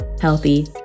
healthy